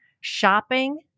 shopping